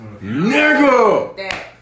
Nigga